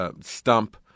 Stump